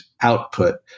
output